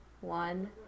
one